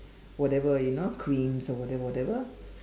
whatever you know creams or whatever whatever